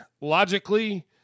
logically